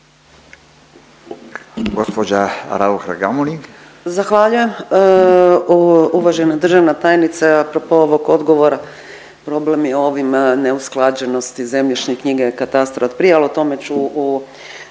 Gospođa Raukar Gamulin.